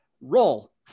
roll